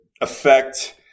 affect